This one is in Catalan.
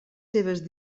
seves